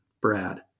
Brad